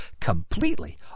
completely